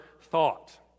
thought